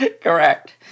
correct